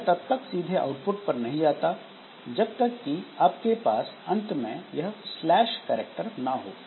यह तब तक सीधे आउटपुट पर नहीं जाता जब तक कि आपके पास अंत में यह स्लैश करैक्टर ना हो